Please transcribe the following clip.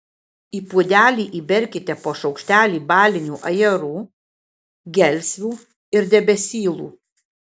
į puodelį įberkite po šaukštelį balinių ajerų gelsvių ir debesylų